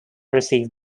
received